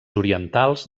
orientals